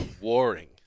warring